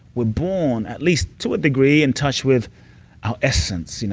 we're born, at least to a degree, in touch with our essence, you know